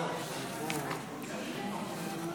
אבל אני מאמינה שימסרו לה.